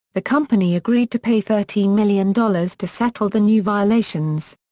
the company agreed to pay thirteen million dollars to settle the new violations.